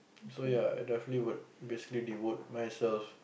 so ya I definitely would basically devote myself